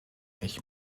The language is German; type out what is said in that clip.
ich